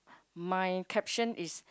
my caption is